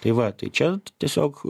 tai va tai čia tiesiog